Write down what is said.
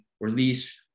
release